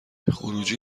خروجی